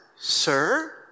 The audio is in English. sir